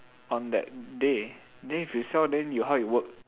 on that day then if you sell then you how you work